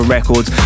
Records